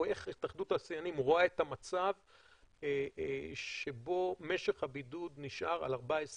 או איך התאחדות התעשיינים רואה את המצב שבו משך הבידוד נשאר על 14 יום.